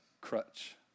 crutch